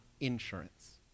Insurance